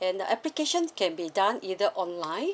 and application can be done either online